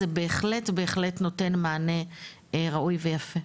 זה בהחלט בהחלט נותן מענה ראוי ויפה.